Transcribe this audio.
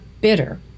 bitter